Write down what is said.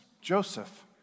Joseph